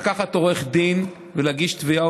לקחת עורך דין ולהגיש תביעה.